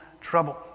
trouble